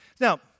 Now